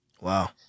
Wow